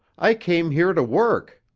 i came here to work.